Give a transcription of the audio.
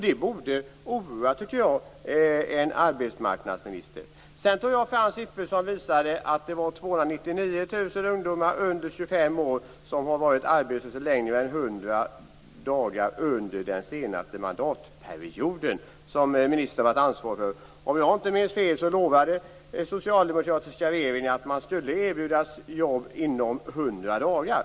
Det borde oroa en arbetsmarknadsminister, tycker jag. Jag tog fram siffror som visade att 299 000 ungdomar under 25 år har varit arbetslösa längre än 100 dagar under den senaste mandatperioden. Dessa har ministern varit ansvarig för. Om jag inte minns fel lovade den socialdemokratiska regeringen att man skulle erbjudas jobb inom 100 dagar.